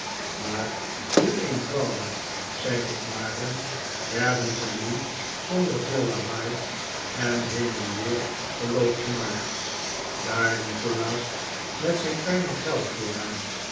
maar hoe eenvoudig zij ook waren werden zij niet zonder veel lawaai en heen en weer geloop gemaakt daar nikolaas met zijn kleinen